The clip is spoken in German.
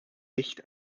nicht